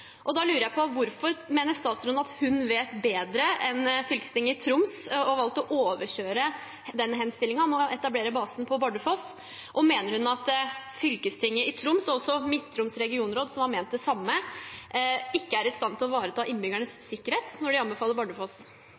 Bardufoss. Da lurer jeg på: Hvorfor mener statsråden at hun vet bedre enn Fylkestinget i Troms, og har valgt å overkjøre den henstillingen om å etablere basen på Bardufoss? Og mener hun at fylkestinget i Troms og også Midt-Troms regionråd, som har ment det samme, ikke er i stand til å ivareta innbyggernes sikkerhet når de anbefaler Bardufoss?